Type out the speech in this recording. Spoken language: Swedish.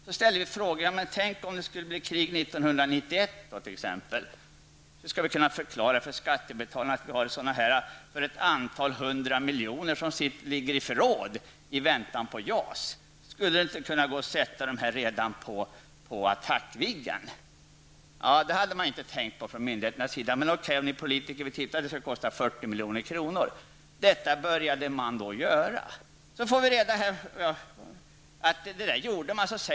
Vi ställde då frågan: Hur skall vi, om det exempelvis blir krig 1991, kunna förklara för skattebetalarna att robotar för ett antal 100 milj.kr. ligger i förråd i väntan på JAS? Skulle det inte gå att sätta robotarna på Attackviggen? Det hade myndigheterna inte tänkt på, men man sade att det kunde genomföras till en kostnad av 40 milj.kr. Detta började man sedan genomföra.